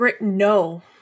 No